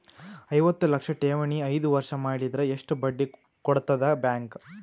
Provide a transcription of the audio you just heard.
ಐವತ್ತು ಲಕ್ಷ ಠೇವಣಿ ಐದು ವರ್ಷ ಮಾಡಿದರ ಎಷ್ಟ ಬಡ್ಡಿ ಕೊಡತದ ಬ್ಯಾಂಕ್?